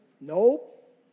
Nope